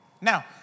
Now